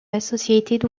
associated